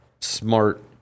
smart